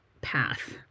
path